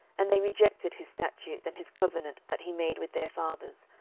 and they rejected his statutes, and his covenant that he made with their fathers,